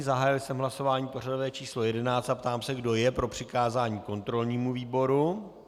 Zahájil jsem hlasování pořadové číslo 11 a ptám se, kdo je pro přikázání kontrolnímu výboru.